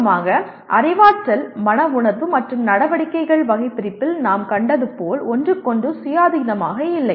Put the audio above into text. சுருக்கமாக அறிவாற்றல் மன உணர்வு மற்றும் நடவடிக்கைகள் வகைபிரிப்பில் நாம் கண்டது போல் ஒன்றுக்கொன்று சுயாதீனமாக இல்லை